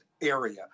area